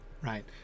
right